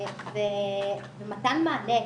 ומתן מענה.